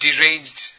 deranged